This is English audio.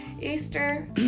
Easter